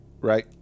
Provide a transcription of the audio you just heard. right